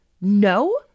No